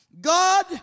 god